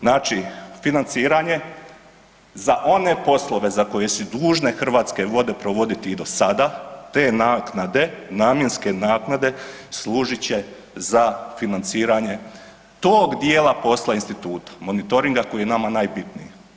Znači, financiranje za one poslove za koje su dužne Hrvatske vode provoditi i do sada, te naknade, namjenske naknade služit će za financiranje tog dijela posla Instituta, monitoringa koji je nama najbitniji.